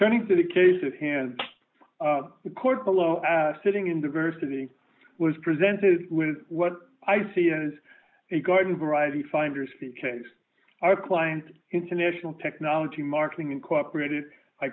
turning to the case at hand the court below sitting in diversity was presented with what i see as a garden variety finders case our client international technology marketing incorporated i